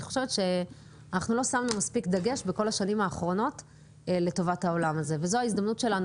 יש לנו עוד דרך לעשות לקריאה שנייה